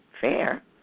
Fair